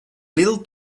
little